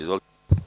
Izvolite.